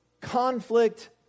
conflict